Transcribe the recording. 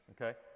okay